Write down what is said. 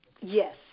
Yes